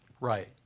Right